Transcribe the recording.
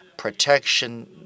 protection